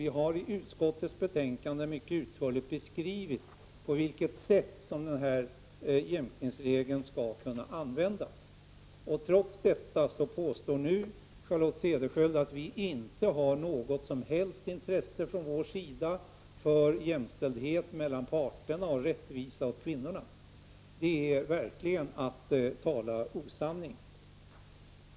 I utskottets betänkande har vi mycket utförligt beskrivit på vilket sätt jämkningsregeln skall kunna tillämpas. Trots detta påstår Charlotte Cederschiöld här att det inte finns något som helst intresse från vår sida för jämställdhet mellan parterna och för rättvisa åt kvinnorna. Men det är verkligen att tala osanning.